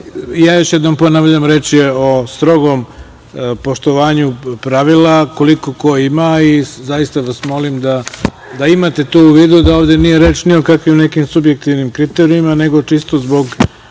jednom ponavljam, reč je o strogom poštovanju pravila, koliko ko ima i zaista vas molim da imate to u vidu, da ovde nije reč ni o kakvim nekim subjektivnim kriterijumima, nego čisto zbog